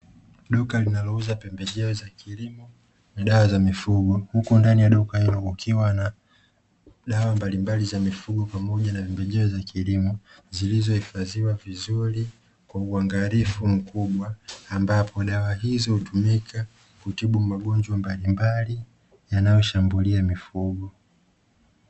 Duka linalouza pembejeo za kilimo na dawa za mifugo huku ndani ya duka hilo kukiwa na dawa mbalimbali za mifugo pamoja na pembejeo za kilimo, zilizohifadhiwa vizuri kwa uangalifu mkubwa ambapo dawa hizo hutumika kutibu magonjwa mbalimbali yanayoshambulia mifugo.